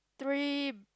three